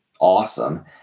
awesome